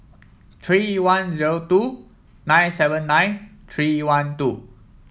three one zero two nine seven nine three one two